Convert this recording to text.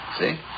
See